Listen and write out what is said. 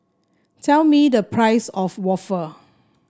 tell me the price of waffle